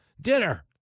dinner